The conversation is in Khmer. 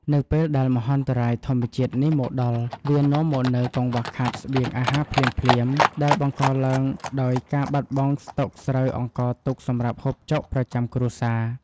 នៅពេលដែលមហន្តរាយធម្មជាតិនេះមកដល់ វានាំមកនូវកង្វះខាតស្បៀងអាហារភ្លាមៗ ដែលបង្កឡើងដោយការបាត់បង់ស្តុកស្រូវអង្ករទុកសម្រាប់ហូបចុកប្រចាំគ្រួសារ។